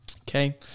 Okay